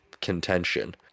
contention